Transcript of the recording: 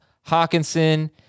Hawkinson